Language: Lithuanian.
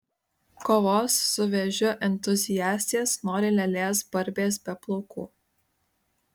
kovos su vėžiu entuziastės nori lėlės barbės be plaukų